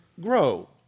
grow